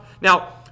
now